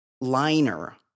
liner